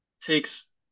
takes